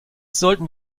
sollten